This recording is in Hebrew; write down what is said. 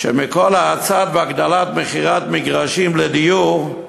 מכל האצת והגדלת מכירת מגרשים לדיור,